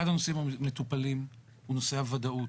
אחד הנושאים המטופלים הוא נושא הוודאות.